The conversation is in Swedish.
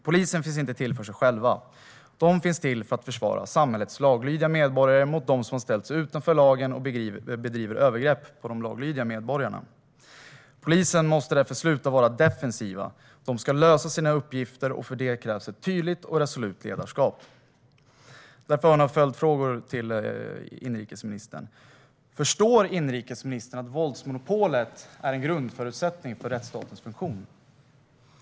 Polisen finns inte till för sig själv utan för att försvara samhällets laglydiga medborgare mot dem som har ställt sig utanför lagen och begår övergrepp mot de laglydiga medborgarna. Polisen måste därför sluta vara defensiv. Den ska lösa sina uppgifter, och för det krävs ett tydligt och resolut ledarskap. Jag har därför några följdfrågor till inrikesministern. Förstår inrikesministern att våldsmonopolet är en grundförutsättning för rättsstatens funktion?